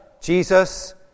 Jesus